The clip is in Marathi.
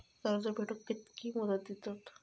कर्ज फेडूक कित्की मुदत दितात?